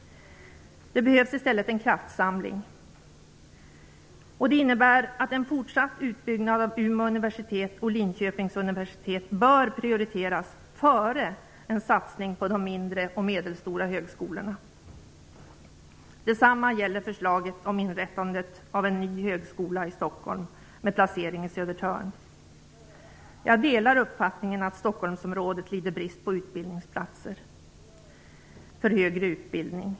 Det behövs i stället en kraftsamling. Det innebär att en fortsatt utbyggnad av Umeå universitet och Linköpings universitet bör prioriteras före en satsning på de mindre och medelstora högskolorna. Detsamma gäller förslaget om inrättandet av en ny högskola i Stockholm med placering på Södertörn. Jag delar uppfattningen att Stockholmsområdet lider brist på utbildningsplatser för högre utbildning.